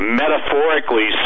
metaphorically